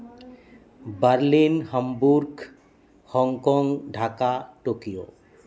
Berlin Hamburg Hong Kong Dhaka Tokyo